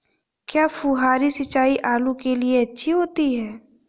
क्या फुहारी सिंचाई आलू के लिए अच्छी होती है?